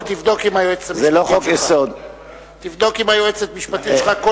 תבדוק עם היועצת המשפטית שלך.